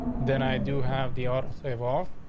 then. i do have the auto save off.